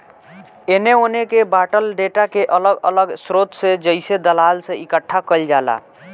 एने ओने के बॉटल डेटा के अलग अलग स्रोत से जइसे दलाल से इकठ्ठा कईल जाला